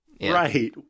Right